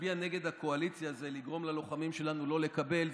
להצביע נגד הקואליציה זה לגרום ללוחמים שלנו לא לקבל.